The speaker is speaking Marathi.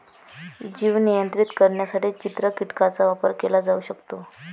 जीव नियंत्रित करण्यासाठी चित्र कीटकांचा वापर केला जाऊ शकतो